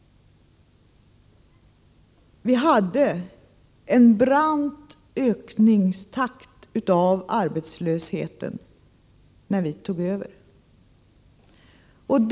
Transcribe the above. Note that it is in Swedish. Vi hade en brant ökningstakt av arbetslösheten när vi tog över regeringsansvaret.